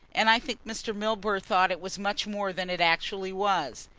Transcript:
and i think mr. milburgh thought it was much more than it actually was.